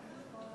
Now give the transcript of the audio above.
ברכות